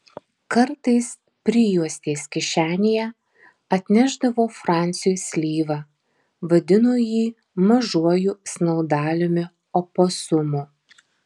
kartais prijuostės kišenėje atnešdavo fransiui slyvą vadino jį mažuoju snaudaliumi oposumu